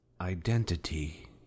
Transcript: Identity